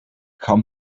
kaum